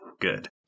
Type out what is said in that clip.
good